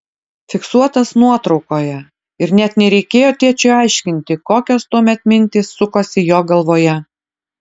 fiksuotas nuotraukoje ir net nereikėjo tėčiui aiškinti kokios tuomet mintys sukosi jo galvoje